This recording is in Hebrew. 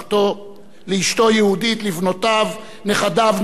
לאשתו יהודית, לבנותיו, נכדיו, ניניו ואחיו.